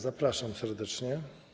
Zapraszam serdecznie.